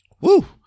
Woo